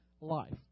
life